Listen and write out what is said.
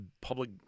public